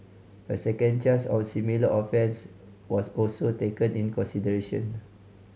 a second charge of a similar offence was also taken in consideration